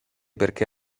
perché